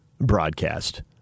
broadcast